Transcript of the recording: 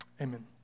amen